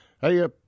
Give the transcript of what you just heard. Hey